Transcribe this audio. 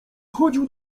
chodził